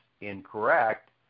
incorrect